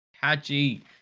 catchy